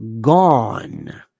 gone